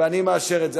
ואני מאשר את זה.